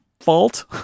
fault